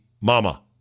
mama